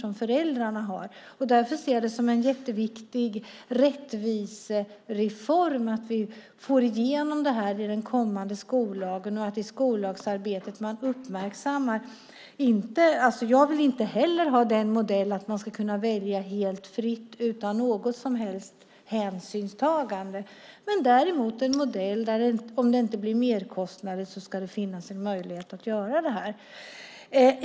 Därför ser jag det som en jätteviktig rättvisereform att vi får igenom detta i den kommande skollagen. Jag vill inte heller ha en modell där man ska kunna välja helt fritt utan något som helst hänsynstagande. Jag vill däremot se en modell där det finns en möjlighet att göra detta om det inte innebär merkostnader.